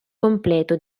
completo